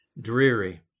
dreary